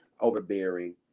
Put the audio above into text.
overbearing